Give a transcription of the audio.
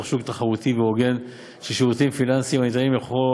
שוק תחרותי והוגן של שירותים פיננסיים הניתנים לכול,